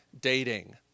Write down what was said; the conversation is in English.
dating